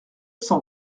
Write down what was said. cent